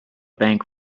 bank